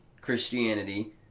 Christianity